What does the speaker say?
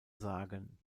sagen